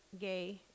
gay